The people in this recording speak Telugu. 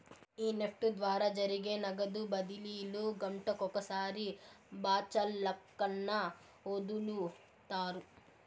ఈ నెఫ్ట్ ద్వారా జరిగే నగదు బదిలీలు గంటకొకసారి బాచల్లక్కన ఒదులుతారు